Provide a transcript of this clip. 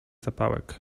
zapałek